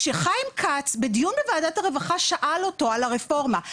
כשחיים כץ בדיון בוועדת הרווחה שאל אותו על הרפורמה.